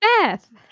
Beth